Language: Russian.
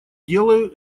делаю